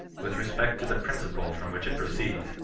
with re spect to the principle from which it proceeds,